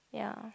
ya